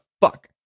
fuck